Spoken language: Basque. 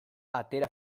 atera